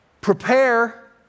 prepare